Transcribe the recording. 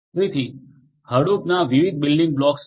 તેથી હડુપના વિવિધ બિલ્ડિંગ બ્લોક્સ છે